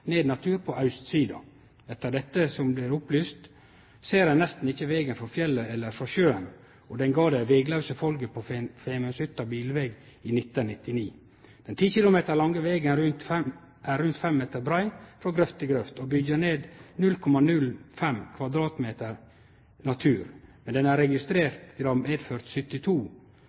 ned natur på austsida. Etter det som blir opplyst, ser ein nesten ikkje vegen frå fjellet eller frå sjøen, og han gav det veglause folket på Femundshytta bilveg i 1999. Den 10 km lange vegen er rundt 5 meter brei frå grøft til grøft og byggjer ned 0,05 km2 natur, men det er registrert at han har medført at 72